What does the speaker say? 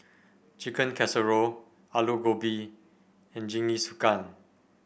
Chicken Casserole Alu Gobi and Jingisukan